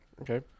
Okay